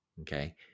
Okay